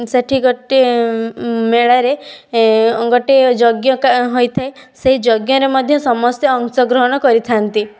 ସେଠି ଗୋଟି ମେଳାରେ ଗୋଟିଏ ଯଜ୍ଞ ହୋଇଥାଏ ସେହି ଯଜ୍ଞରେ ମଧ୍ୟ ଅଂଶ ଗ୍ରହଣ କରିଥାନ୍ତି